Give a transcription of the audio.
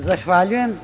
Zahvaljujem.